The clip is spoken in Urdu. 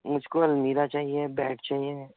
مجھ کو المیراہ چاہیے بیڈ چاہیے